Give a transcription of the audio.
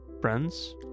friends